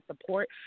support